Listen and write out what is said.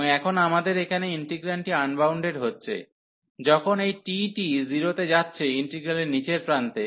এবং এখন আমাদের এখানে ইন্টিগ্রান্ডটি আনবাউন্ডেড হচ্ছে যখন এই t টি 0 তে যাচ্ছে ইন্টিগ্রালের নীচের প্রান্তে